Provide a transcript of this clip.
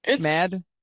mad